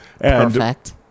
Perfect